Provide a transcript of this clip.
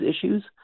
issues